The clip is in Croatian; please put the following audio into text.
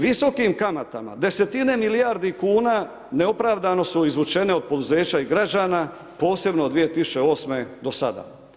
Visokim kamatama desetine milijardi kuna neopravdano su izvučene od poduzeća i građana posebno od 2008. do sada.